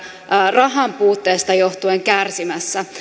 rahan puutteesta joh tuen kärsimässä